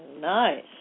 nice